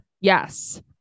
Yes